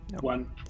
one